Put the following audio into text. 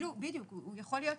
הוא יכול להיות